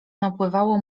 napływało